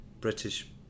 British